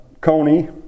coney